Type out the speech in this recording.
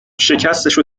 شکستشو